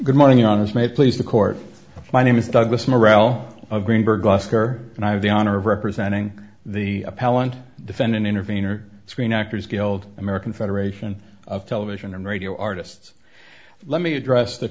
good morning on has made please the court my name is douglas morale of greenberg oscar and i have the honor of representing the appellant defendant intervener screen actors guild american federation of television and radio artists let me address the